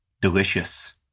delicious